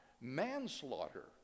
manslaughter